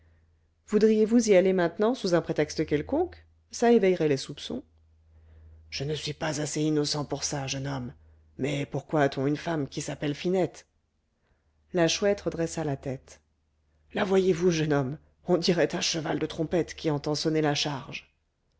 voudriez-vous y aller maintenant sous un prétexte quelconque ça éveillerait les soupçons je ne suis pas assez innocent pour ça jeune homme mais pourquoi a-t-on une femme qui s'appelle finette la chouette redressa la tête la voyez-vous jeune homme on dirait un cheval de trompette qui entend sonner la charge